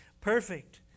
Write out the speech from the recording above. perfect